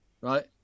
right